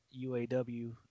UAW